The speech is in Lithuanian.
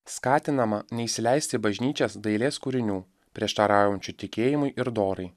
skatinama neįsileisti į bažnyčias dailės kūrinių prieštaraujančių tikėjimui ir dorai